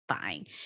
fine